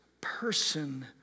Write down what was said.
person